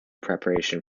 preparation